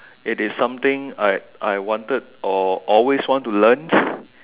it is something I I wanted or always want to learn